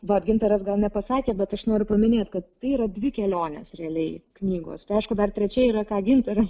vat gintaras gal nepasakė bet aš noriu paminėt kad tai yra dvi kelionės realiai knygos aišku dar trečia yra ką gintaras